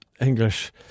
English